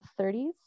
30s